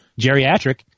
geriatric